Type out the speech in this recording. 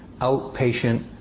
outpatient